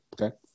Okay